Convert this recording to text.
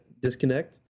disconnect